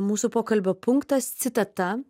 mūsų pokalbio punktas citata